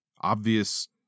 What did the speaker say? obvious